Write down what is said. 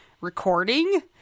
recording